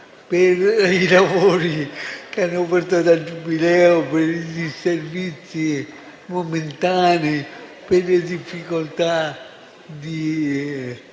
per i lavori che hanno portato al Giubileo, per i disservizi momentanei, per le difficoltà di